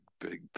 big